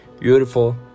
beautiful